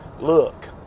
Look